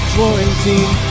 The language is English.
Quarantine